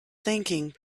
thinking